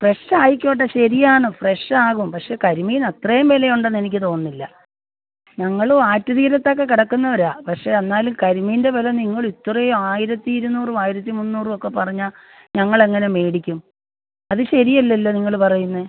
ഫ്രഷായിക്കോട്ടെ ശരിയാണ് ഫ്രഷാകും പക്ഷേ കരിമീൻ അത്രയും വിലയുണ്ടെന്ന് എനിക്ക് തോന്നുന്നില്ല ഞങ്ങൾ ആറ്റു തീരത്തൊക്കെ കിടക്കുന്നവരാണ് പക്ഷേ എന്നാലും കരിമീൻ്റെ വില നിങ്ങളിത്രയും ആയിരത്തി ഇരുന്നൂറും ആയിരത്തി മുന്നൂറും ഒക്കെ പറഞ്ഞാൽ ഞങ്ങളെങ്ങനെ മേടിക്കും അത് ശരിയല്ലല്ലോ നിങ്ങൾ പറയുന്നത്